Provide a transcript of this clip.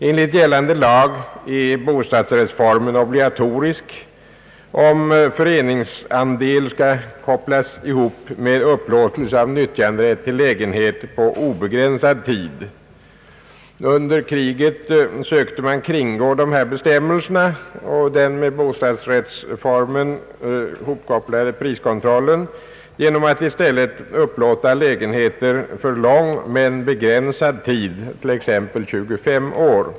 Enligt gällande lag är bostadsrättsformen obligatorisk om föreningsandel skall kopplas ihop med upplåtelse av nyttjanderätt till lägenhet på obegränsad tid. Under kriget sökte man kringgå de bestämmelserna och den med bostadsrättsformen hopkopplade priskontrollen genom att i stället upplåta lägenheter för lång men begränsad tid, t.ex. 25 år.